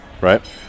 right